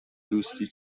دوستی